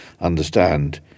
understand